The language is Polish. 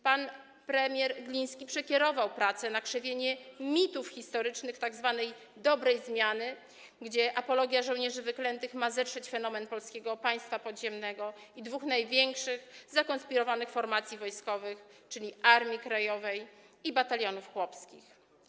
Pan premier Gliński przekierował prace na krzewienie mitów historycznych tzw. dobrej zmiany, gdzie apologia żołnierzy wyklętych ma zetrzeć fenomen Polskiego Państwa Podziemnego i dwóch największych zakonspirowanych formacji wojskowych, czyli Armii Krajowej i Batalionów Chłopskich.